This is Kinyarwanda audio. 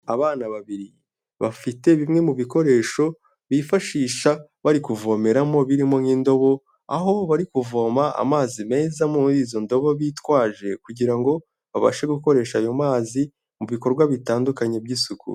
Abana babiri bafite bimwe mu bikoresho bifashisha bari kuvomeramo birimo nk'indobo, aho bari kuvoma amazi meza muri izo ndabo bitwaje kugira ngo babashe gukoresha ayo mazi mu bikorwa bitandukanye by'isuku.